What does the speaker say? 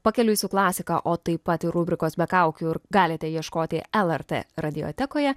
pakeliui su klasika o taip pat ir rubrikos be kaukių galite ir ieškoti lrt radiotekoje